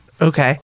Okay